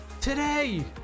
today